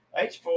H4